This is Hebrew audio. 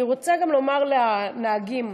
אני רוצה לומר גם לנהגים: